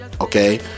Okay